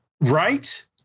right